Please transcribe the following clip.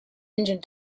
engine